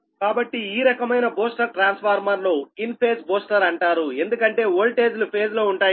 కాబట్టి ఈ రకమైన బూస్టర్ ట్రాన్స్ఫార్మర్ను ఇన్ ఫేజ్ బూస్టర్ అంటారు ఎందుకంటే ఓల్టేజ్ లు ఫేజ్ లో ఉంటాయి కనుక